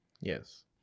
Yes